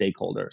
stakeholders